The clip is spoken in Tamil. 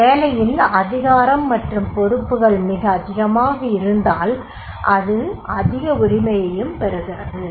ஒரு வேலையில் அதிகாரம் மற்றும் பொறுப்புகள் மிக அதிகமாக இருந்தால் அது அதிக உரிமையையும் பெறுகிறது